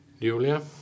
Julia